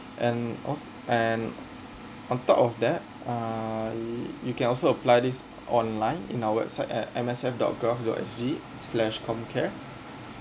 and also and on top of that uh you can also apply this online in our website at M S F dot G O V dot S G slash comcare